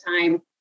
time